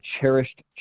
cherished